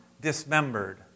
dismembered